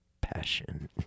passion